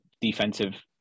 defensive